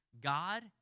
God